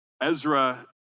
Ezra